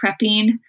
prepping